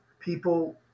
people